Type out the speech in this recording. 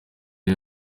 ari